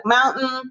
Mountain